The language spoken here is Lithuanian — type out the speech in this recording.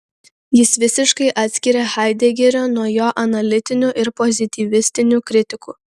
jis visiškai atskiria haidegerio nuo jo analitinių ir pozityvistinių kritikų